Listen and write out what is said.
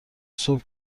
صبح